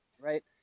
right